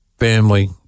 Family